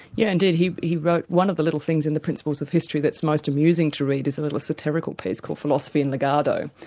yeah indeed, he he wrote one of the little things in the principles of history that's most amusing to read, is a little satirical piece called philosophy in lugardo.